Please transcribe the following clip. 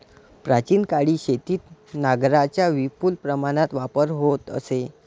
प्राचीन काळी शेतीत नांगरांचा विपुल प्रमाणात वापर होत असे